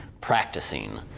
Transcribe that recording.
practicing